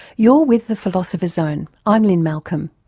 you're with the philosophers zone, i'm lynne malcolm.